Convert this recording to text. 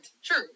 sure